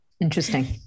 Interesting